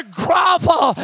grovel